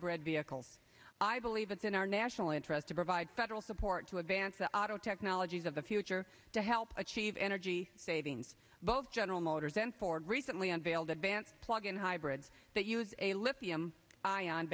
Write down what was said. id vehicles i believe it's in our national interest to provide federal support to advance the auto technologies of the future to help achieve energy savings both general motors and ford recently unveiled advanced plug in hybrids that use a